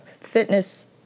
fitness